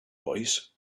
boys